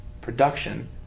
production